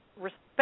respect